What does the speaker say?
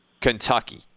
Kentucky